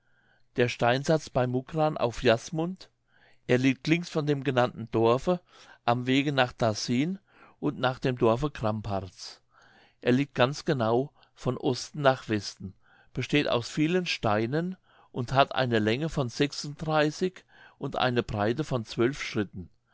der steinsatz bei muckrahn auf jasmund er liegt links von dem genannten dorfe am wege nach dem darßin und nach dem dorfe krampartz er liegt ganz genau von osten nach westen besteht aus vielen steinen und hat eine länge von und eine breite von zwölf schritten